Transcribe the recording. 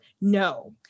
No